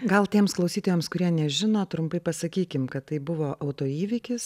gal tiems klausytojams kurie nežino trumpai pasakykim kad tai buvo autoįvykis